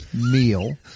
meal